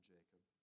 Jacob